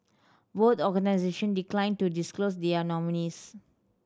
both organisation declined to disclose their nominees